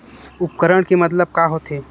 उपकरण के मतलब का होथे?